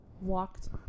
walked